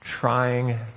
trying